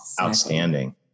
outstanding